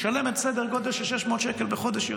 משלמת סדר גודל של 600 שקל יותר בחודש.